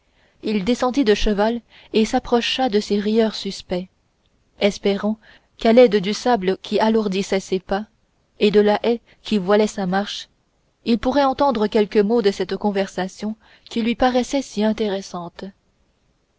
il descendit de cheval et s'approcha de ces rieurs suspects espérant qu'à l'aide du sable qui assourdissait ses pas et de la haie qui voilait sa marche il pourrait entendre quelques mots de cette conversation qui lui paraissait si intéressante